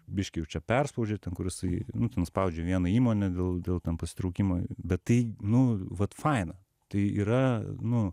biškį jau čia perspaudžia ten kur jisai nu ten spaudžia vieną įmonę dėl dėl ten pasitraukimo bet tai nu vat faina tai yra nu